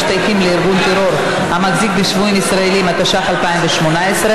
למנהלת הוועדה תמי ברנע,